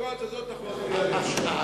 במתכונת הזאת אני מצביע נגד.